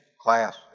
class